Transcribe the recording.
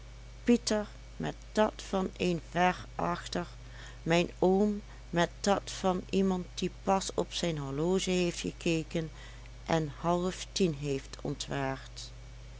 pieter met dat van een verachter mijn oom met dat van iemand die pas op zijn horloge heeft gekeken en halftien heeft ontwaard